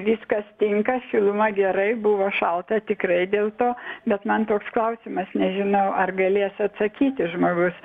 viskas tinka šiluma gerai buvo šalta tikrai dėl to bet man toks klausimas nežinau ar galės atsakyti žmogus